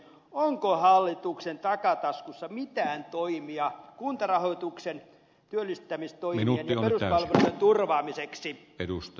onko hallituksen takataskussa mitään toimia kuntarahoituksen työllistämistoimien ja peruspalveluiden turvaamiseksi